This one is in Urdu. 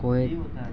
کویت